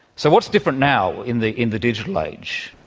so what is different now in the in the digital age?